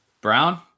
Brown